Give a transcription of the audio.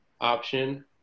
option